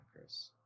Chris